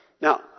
Now